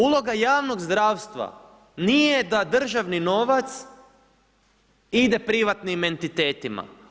Uloga javnog zdravstva nije da državni novac ide privatnim entitetima.